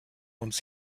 uns